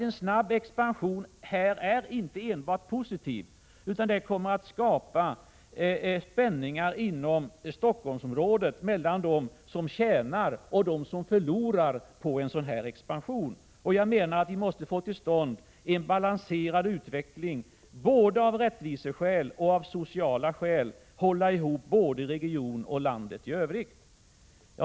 En snabb expansion här är inte enbart positiv, utan den kommer att skapa spänningar i Stockholmsområdet mellan dem som tjänar och dem som förlorar på en sådan expansion. Jag menar att vi måste få till stånd en balanserad utveckling både av rättviseskäl och av sociala skäl, att vi måste hålla ihop både regionen och landet i övrigt.